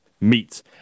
Meats